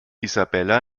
isabella